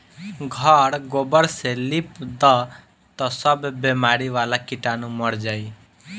घर गोबर से लिप दअ तअ सब बेमारी वाला कीटाणु मर जाइ